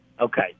Okay